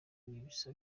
ibisa